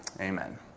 Amen